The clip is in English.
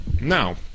now